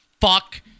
fuck